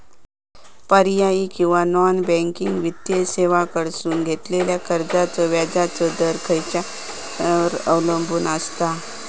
पर्यायी किंवा non banking वित्तीय सेवांकडसून घेतलेल्या कर्जाचो व्याजाचा दर खेच्यार अवलंबून आसता?